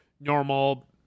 normal